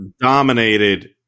dominated